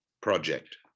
project